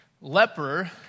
Leper